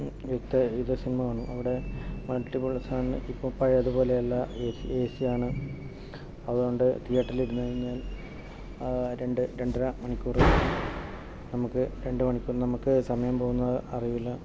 cinema കാണും അവിടെ multiplex ആണേ ഇപ്പോൾ പഴയതുപോലെയല്ല ഏ സി ഏ സിയാണ് അതുകൊണ്ട് തിയേറ്ററിൽ ഇരുന്നുകഴിഞ്ഞാൽ ആ രണ്ട് രണ്ടര മണിക്കൂർ നമുക്ക് രണ്ട് മണിക്കൂർ നമുക്ക് സമയം പോകുന്നത് അറിയില്ല